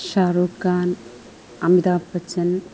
Shah Rukh Khan Amitabh Bachchan